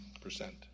percent